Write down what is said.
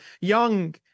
young